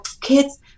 Kids